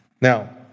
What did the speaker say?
Now